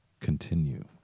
Continue